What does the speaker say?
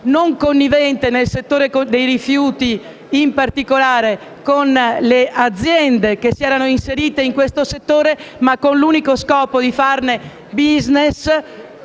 non connivente nel settore dei rifiuti, in particolare con le aziende che si erano inserite in questo settore, ma con l'unico scopo di fare *business*,